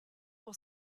will